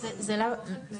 זה באופן כללי.